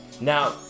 Now